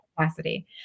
capacity